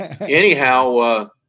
anyhow